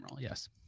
yes